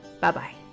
Bye-bye